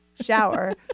shower